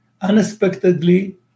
unexpectedly